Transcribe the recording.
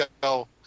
go